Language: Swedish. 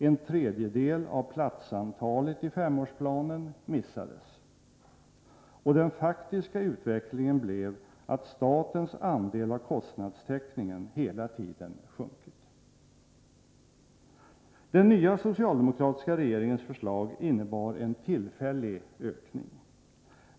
En tredjedel av platsantalet i femårsplanen missades. Och den faktiska utvecklingen blev att statens andel av kostnadstäckningen hela tiden har sjunkit. Den nya socialdemokratiska regeringens förslag innebar en tillfällig ökning.